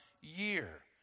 year